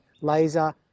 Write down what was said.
laser